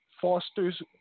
Foster's